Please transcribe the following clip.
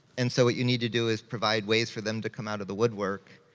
and so what you need to do is provide ways for them to come out of the woodwork.